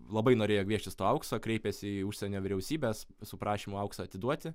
labai norėjo gvieštis to aukso kreipėsi į užsienio vyriausybes su prašymu auksą atiduoti